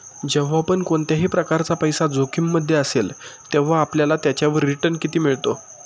जेव्हा पण कोणत्याही प्रकारचा पैसा जोखिम मध्ये असेल, तेव्हा आपल्याला त्याच्यावर रिटन किती मिळतो?